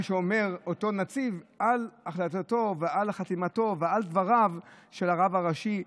מה שאומר אותו נציב על החלטתו ועל חתימתו ועל דבריו של הרב הראשי,